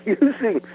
using